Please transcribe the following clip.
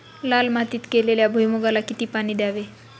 लाल मातीत केलेल्या भुईमूगाला किती पाणी द्यावे?